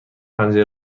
پنجره